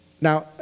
Now